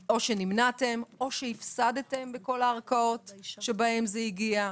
או שנמנעתם או שהפסדתם בכל הערכאות שבהן זה הגיע.